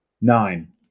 nine